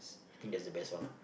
I think that's the best one lah